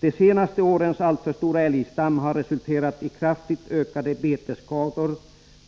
De senaste årens alltför stora älgstam har resulterat i kraftigt ökade betesskador